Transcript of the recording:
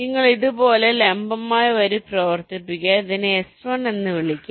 നിങ്ങൾ ഇതുപോലെ ലംബമായ വരി പ്രവർത്തിപ്പിക്കുക ഇതിനെ S1 എന്ന് വിളിക്കുക